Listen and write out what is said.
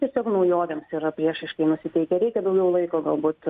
tiesiog naujovėms yra priešiškai nusiteikę reikia daugiau laiko galbūt